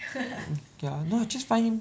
mm ya no I just find him